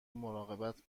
مراقبت